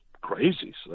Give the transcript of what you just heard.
crazy